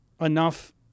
enough